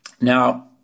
Now